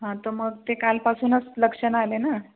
हां तर मग ते कालपासूनच लक्षणं आले ना